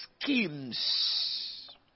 schemes